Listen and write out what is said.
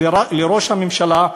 לראש הממשלה,